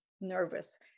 nervous